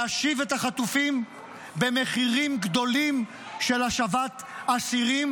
להשיב את החטופים במחירים גדולים של השבת אסירים.